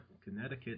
Connecticut